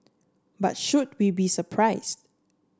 but should we be surprise